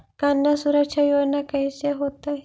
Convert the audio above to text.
कन्या सुरक्षा योजना कैसे होतै?